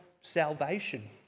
salvation